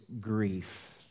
grief